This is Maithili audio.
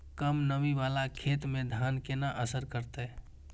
कम नमी वाला खेत में धान केना असर करते?